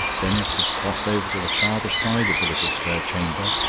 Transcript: denis had crossed over to the farther side of the little square chamber,